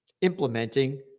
implementing